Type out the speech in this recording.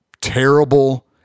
terrible